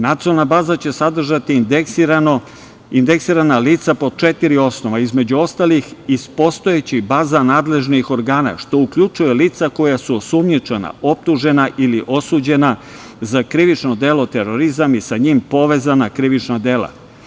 Nacionalna baza će sadržati indeksirana lica po četiri osnova, između ostalih, iz postojećih baza nadležnih organa, što uključuje lica koja su osumnjičena, optužena ili osuđena za krivično delo terorizam i sa njim povezana krivična dela.